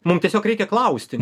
mum tiesiog reikia klausti